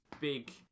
big